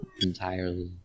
entirely